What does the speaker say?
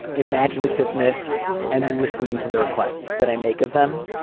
imagine itiveness and listening to the requests that i make of them.